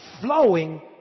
flowing